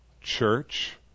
Church